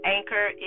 Anchor